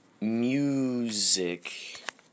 music